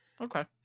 Okay